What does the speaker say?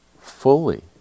fully